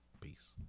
Peace